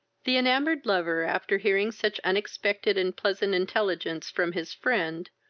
the enamoured lover, after hearing such unexpected and pleasant intelligence from his friend,